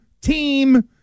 Team